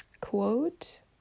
quote